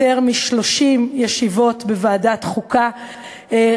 יותר מ-30 ישיבות בוועדת חוקה,